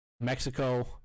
Mexico